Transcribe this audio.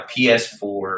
PS4